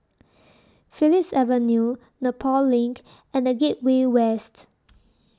Phillips Avenue Nepal LINK and The Gateway West